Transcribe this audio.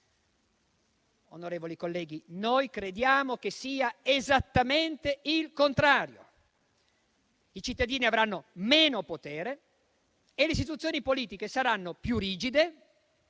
Onorevoli colleghi, noi crediamo che sia esattamente il contrario. I cittadini avranno meno potere e le istituzioni politiche saranno più rigide,